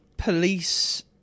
police